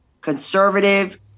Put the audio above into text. conservative